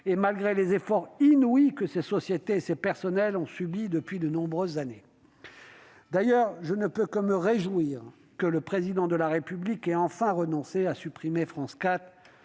ce malgré les efforts inouïs que les sociétés de l'audiovisuel public et leurs personnels ont consentis depuis de nombreuses années. D'ailleurs, je ne peux que me réjouir que le Président de la République ait enfin renoncé à supprimer France 4,